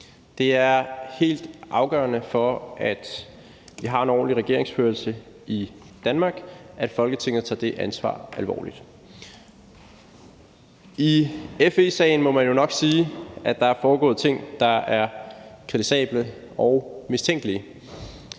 Det er helt afgørende for, at vi har en ordentlig regeringsførelse i Danmark, at Folketinget tager det ansvar alvorligt. I FE-sagen må man jo nok sige, at der er foregået ting, der er kritisable og mistænkelige.